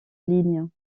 lignes